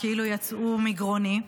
כאילו יצאו מגרוני.